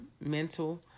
mental